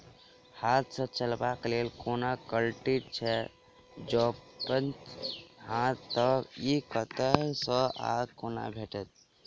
हाथ सऽ चलेबाक लेल कोनों कल्टी छै, जौंपच हाँ तऽ, इ कतह सऽ आ कोना भेटत?